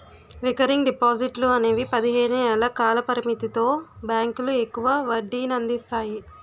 recurring డిపాజిట్లు అనేవి పదిహేను ఏళ్ల కాల పరిమితితో బ్యాంకులు ఎక్కువ వడ్డీనందిస్తాయి